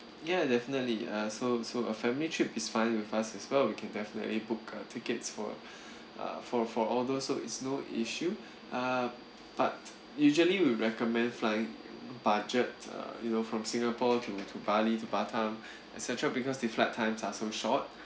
ya definitely uh so so a family trip is fine with us as well we can definitely book uh tickets for uh for for all those so it's no issue uh but usually we'll recommend flying budget uh you know from singapore to to bali to batam et cetera because the flight times are so short